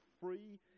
free